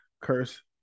curse